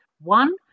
One